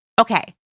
Okay